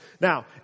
Now